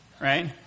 Right